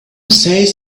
says